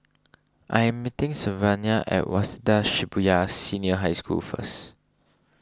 I am meeting Sylvania at Waseda Shibuya Senior High School first